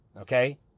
Okay